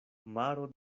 maro